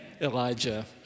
Elijah